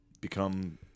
become